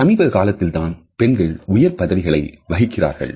சமீப காலங்களில் தான் பெண்கள் உயர் பதவிகளை வகிக்கிறார்கள்